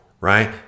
right